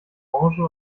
orangen